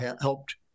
helped